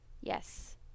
Yes